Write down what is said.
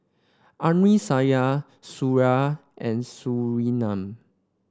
Amsyar Suraya and Surinam